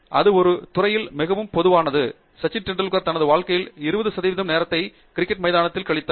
அது ஒவ்வொரு துறையிலும் மிகவும் பொதுவானது சச்சின் டெண்டுல்கர் தனது வாழ்க்கையில் 20 சதவிகிதம் நேரத்தை கிரிக்கெட் மைதானத்தில் கழித்தார்